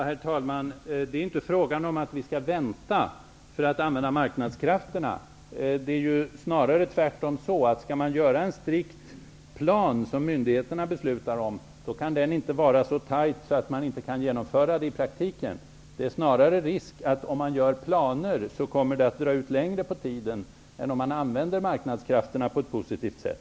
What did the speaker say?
Herr talman! Det är inte frågan om att vi skall vänta för att använda marknadskrafterna. Det är snarare tvärtom så, att skall myndigheterna besluta om en strikt plan, får den inte vara så tajt att man inte kan genomföra den i praktiken. Det är snarare risk för att det kommer att dra ut längre på tiden om man gör upp planer, än om man använder marknadskrafterna på ett positivt sätt.